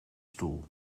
stoel